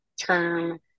term